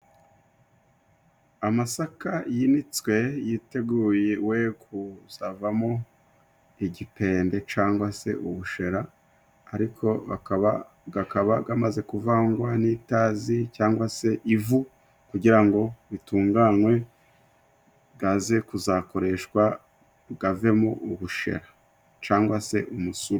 Amasaka yinitswe yiteguye we kuzavamo igitende cangwa se ubushera ariko akaba gakaba gamaze kuvangwa n'itazi cyangwa se ivu kugira ngo bitunganywe gaze kuzakoreshwa gavemo ubushera cangwa se umusuru.